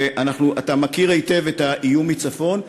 ואתה מכיר היטב את האיום מצפון,